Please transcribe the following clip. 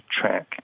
track